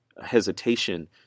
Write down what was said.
hesitation